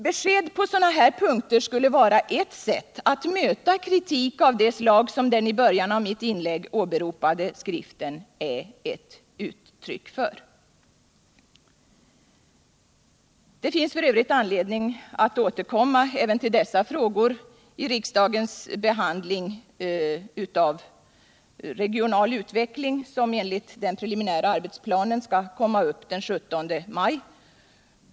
Besked på sådana här punkter skulle vara ett sätt att möta kritik av det slag som den i början av mitt inlägg åberopade skriften är ett uttryck för. Det finns f. ö. anledning att återkomma även till dessa frågor vid riksdagens behandling av ärendet Regional utveckling, som enligt den preliminära arbetsplanen skall komma upp den 17 maj.